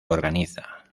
organiza